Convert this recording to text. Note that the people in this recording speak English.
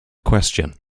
question